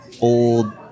old